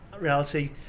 reality